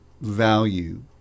value